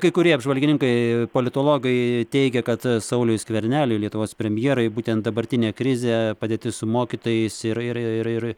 kai kurie apžvalgininkai politologai teigia kad sauliui skverneliui lietuvos premjerai būtent dabartinę krizę padėtis su mokytojais ir ir ir